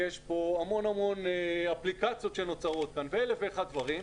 יש כאן המון אפליקציות שנוצרות ואלף ואחד דברים,